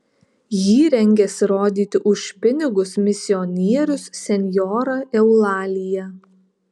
jį rengiasi rodyti už pinigus misionierius senjora eulalija